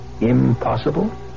impossible